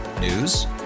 News